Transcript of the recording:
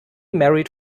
married